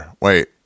Wait